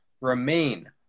remain